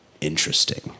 interesting